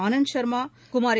Anand Sharma Kumari